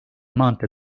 maantee